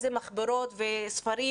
איזה מחברות וספרים.